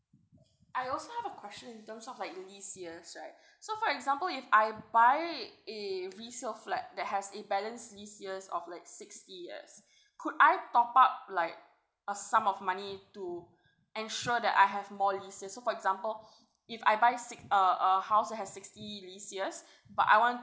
I also have a question in terms of like lease years right so for example if I buy a resale flat that has a balance lease years of like sixty years could I top up like a sum of money to ensure that I have more lease year so for example if I buy si~ uh a house that has sixty lease years but I want